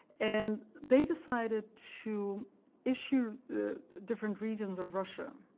and they decided to issue different regions of russia